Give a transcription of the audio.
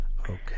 okay